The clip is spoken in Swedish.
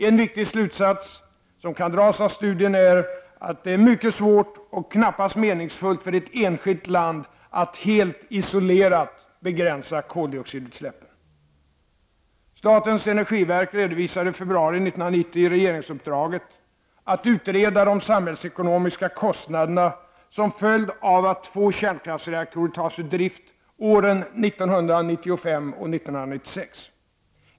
En viktig slutsats som kan dras av studien är att det är mycket svårt och knappast meningsfullt för ett enskilt land att helt isolerat begränsa koldioxidutsläppen. Statens energiverk redovisade i februari 1990 regeringsuppdraget att ut reda de samhällsekonomiska kostnaderna som blir följden av att två kärnkraftsreaktorer tas ur drift åren 1995 och 1996.